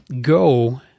Go